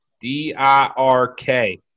D-I-R-K